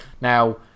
Now